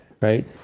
Right